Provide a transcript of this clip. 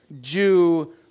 Jew